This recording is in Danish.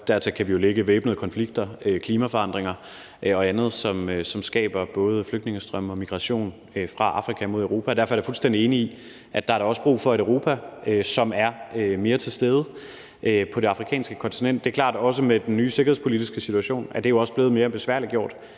dertil kan vi lægge væbnede konflikter, klimaforandringer og andet, som skaber både flygtningestrømme og migration fra Afrika mod Europa. Derfor er jeg fuldstændig enig i, at der da også er brug for et Europa, som er mere til stede på det afrikanske kontinent. Det er klart, at også med den nye sikkerhedspolitiske situation er det blevet mere besværliggjort,